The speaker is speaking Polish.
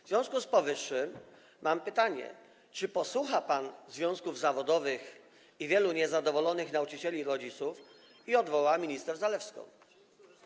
W związku z powyższym mam pytanie: Czy posłucha pan związków zawodowych oraz wielu niezadowolonych nauczycieli i rodziców i odwoła minister Zalewską?